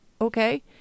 okay